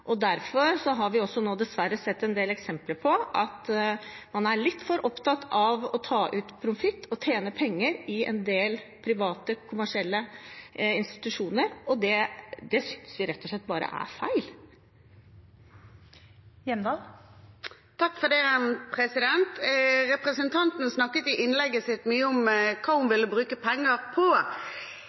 tjenestene. Derfor har vi dessverre sett en del eksempler på at man er litt for opptatt av å ta ut profitt og tjene penger i en del private, kommersielle institusjoner, og det synes vi rett og slett bare er feil. Representanten snakket i innlegget sitt mye om hva hun ville bruke penger på,